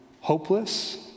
hopeless